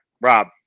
Rob